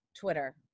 Twitter